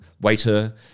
waiter